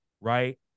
right